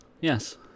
yes